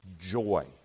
joy